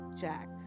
Jack